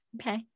Okay